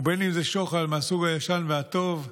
ובין שזה שוחד מהסוג הישן והטוב,